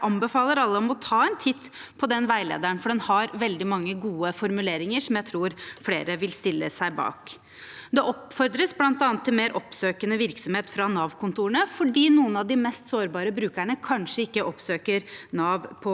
Jeg anbefaler alle å ta en titt på denne veilederen, for den har veldig mange gode formuleringer som jeg tror flere vil stille seg bak. Det oppfordres bl.a. til mer oppsøkende virksomhet fra Navkontorene, fordi noen av de mest sårbare brukerne kanskje ikke oppsøker Nav på